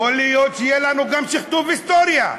יכול להיות שיהיה לנו גם שכתוב היסטוריה,